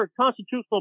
constitutional